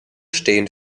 stehen